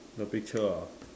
the picture ah